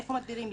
איפה מדבירים,